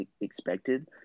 expected